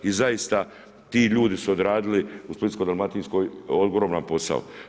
I zaista, ti ljudi su odradili u Splitsko dalmatinskoj ogroman posao.